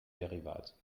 derivat